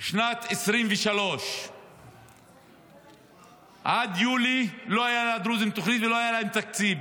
שנת 2023. עד יולי לא הייתה לדרוזים תוכנית ולא היה להם תקציב.